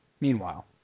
Meanwhile